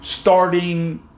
starting